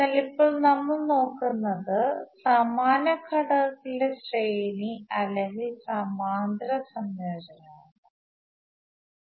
എന്നാൽ ഇപ്പോൾ നമ്മൾ നോക്കുന്നത് സമാന ഘടകങ്ങളുടെ ശ്രേണി അല്ലെങ്കിൽ സമാന്തര സംയോജനമാണ്